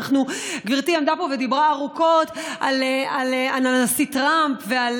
גברתי עמדה פה ודיברה ארוכות על הנשיא טראמפ ועל